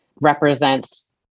represents